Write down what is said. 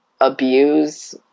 abuse